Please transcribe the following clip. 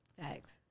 Thanks